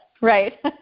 Right